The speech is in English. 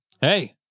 Hey